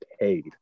paid